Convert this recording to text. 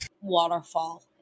Waterfall